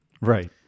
Right